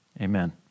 Amen